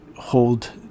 hold